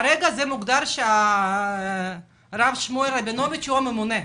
כרגע מוגדר שהרב שמואל רבינוביץ הוא הממונה,